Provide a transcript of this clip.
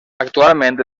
actualment